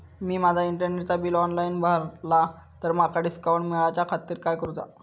मी माजा इंटरनेटचा bill online भरला तर माका डिस्काउंट मिलाच्या खातीर काय करुचा?